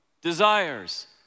desires